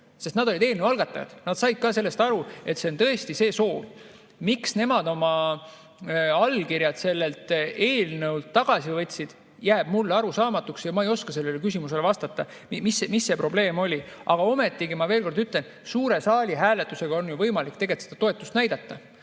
Juske. Nad olid eelnõu algatajad, nad said ka sellest aru, et see on tõesti see soov. Miks nemad oma allkirjad sellelt eelnõult tagasi võtsid, jääb mulle arusaamatuks. Ma ei oska vastata küsimusele, mis see probleem oli. Aga ometigi, ma veel kord ütlen, suure saali hääletusega on võimalik oma toetust näidata.